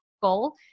goal